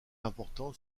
important